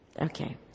Okay